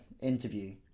interview